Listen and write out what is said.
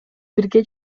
бирге